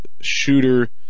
shooter